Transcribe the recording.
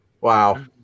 wow